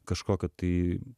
kažkokio tai